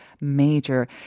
major